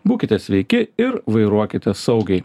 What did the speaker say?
būkite sveiki ir vairuokite saugiai